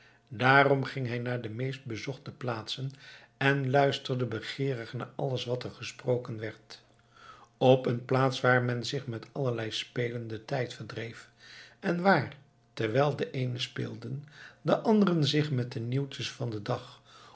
daarom ging hij naar de meest bezochte plaatsen en luisterde begeerig naar alles wat er gesproken werd op een plaats waar men zich met allerlei spelen den tijd verdreef en waar terwijl de eenen speelden de anderen zich met de nieuwtjes van den dag